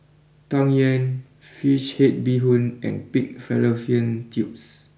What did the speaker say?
Tang Yuen Fish Head BeeHoon and Pig Fallopian Tubes